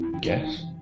guess